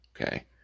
okay